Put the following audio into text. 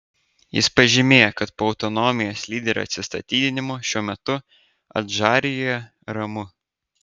jis pažymėjo kad po autonomijos lyderio atsistatydinimo šiuo metu adžarijoje ramu